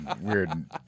weird